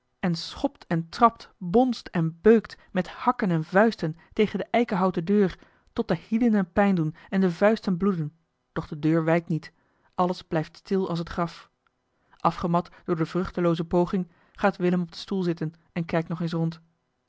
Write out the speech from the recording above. en schopt en trapt bonst en beukt met hakken en vuisten tegen de eikenhouten deur tot de hielen hem pijn doen en de vuisten bloeden doch de deur wijkt niet alles blijft stil als het graf afgemat door de vruchtelooze poging gaat willem op den stoel zitten en kijkt nog eens rond